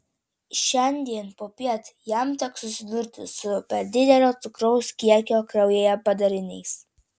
šiandien popiet jam teks susidurti su per didelio cukraus kiekio kraujyje padariniais